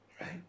right